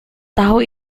tahu